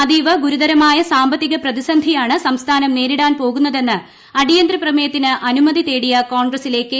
അതീവഗുരുതരമായ സാമ്പത്തിക പ്രതിസന്ധിയാണ് നേരിടാൻ പോകുന്നതെന്ന് അടിയന്തിര പ്രിമേയത്തിന് അനുമതി തേടിയ കോൺഗ്രസ്സിലെ കെ